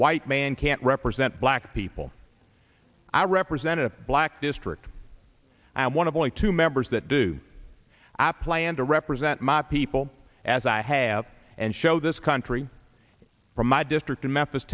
white man can't represent black people i represent a black district one of only two members that do apple and to represent my people as i have and show this country from my district in memphis